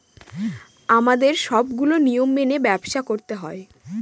আমাদের সবগুলো নিয়ম মেনে ব্যবসা করতে হয়